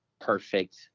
perfect